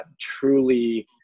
truly